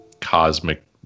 cosmic